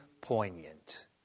poignant